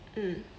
mm